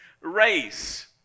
race